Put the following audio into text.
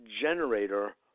generator